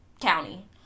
county